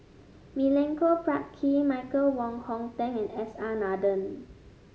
Milenko Prvacki Michael Wong Hong Teng and S R Nathan